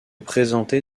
présenter